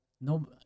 No